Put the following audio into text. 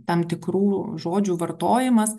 tam tikrų žodžių vartojimas